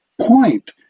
point